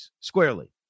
squarely